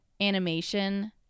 animation